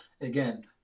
again